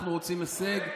אנחנו רוצים הישג.